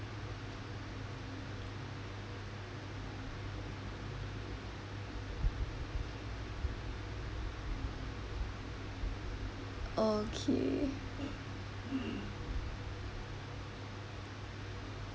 okay